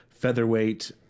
Featherweight